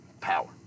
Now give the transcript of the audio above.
power